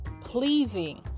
pleasing